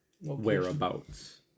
whereabouts